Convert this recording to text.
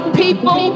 people